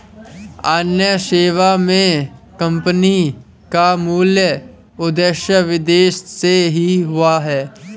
अन्य सेवा मे कम्पनी का मूल उदय विदेश से ही हुआ है